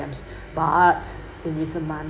dams but in recent month